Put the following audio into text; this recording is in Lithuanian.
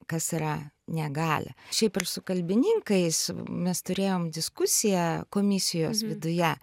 kas yra negalia šiaip ir su kalbininkais mes turėjom diskusiją komisijos viduje